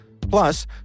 Plus